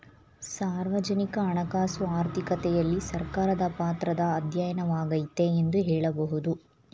ಸಾರ್ವಜನಿಕ ಹಣಕಾಸು ಆರ್ಥಿಕತೆಯಲ್ಲಿ ಸರ್ಕಾರದ ಪಾತ್ರದ ಅಧ್ಯಯನವಾಗೈತೆ ಎಂದು ಹೇಳಬಹುದು